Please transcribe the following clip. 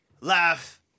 laugh